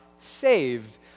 saved